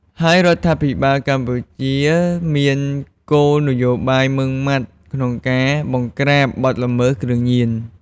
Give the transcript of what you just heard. ហើយរដ្ឋាភិបាលកម្ពុជាមានគោលនយោបាយម៉ឺងម៉ាត់ក្នុងការបង្ក្រាបបទល្មើសគ្រឿងញៀន។